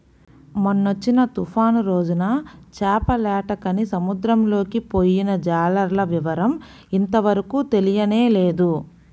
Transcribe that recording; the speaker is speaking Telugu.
మొన్నొచ్చిన తుఫాను రోజున చేపలేటకని సముద్రంలోకి పొయ్యిన జాలర్ల వివరం ఇంతవరకు తెలియనేలేదు